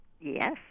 Yes